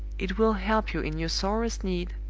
it will help you in your sorest need,